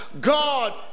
God